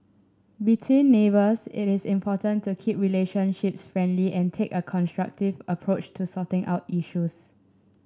between neighbours it is important to keep relationships friendly and take a constructive approach to sorting out issues